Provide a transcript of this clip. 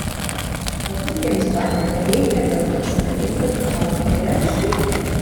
galbūt jiems to nebereikia gal jiems patinka kitokie eilėraščiai